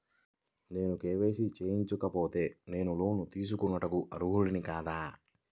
నేను కే.వై.సి చేయించుకోకపోతే నేను లోన్ తీసుకొనుటకు అర్హుడని కాదా?